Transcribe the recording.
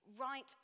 right